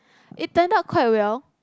it turned out quite well